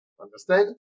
understand